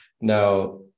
Now